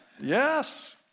Yes